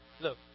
Look